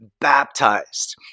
baptized